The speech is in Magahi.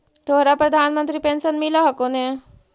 तोहरा प्रधानमंत्री पेन्शन मिल हको ने?